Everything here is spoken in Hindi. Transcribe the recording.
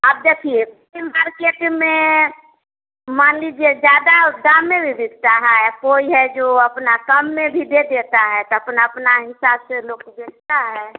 आप देखिए मार्केट में मान लीजिए ज़्यादा दाम में भी बिकता है कोई है जो अपना कम में भी दे देता है तो अपना अपना हिसाब से लोग बेचता है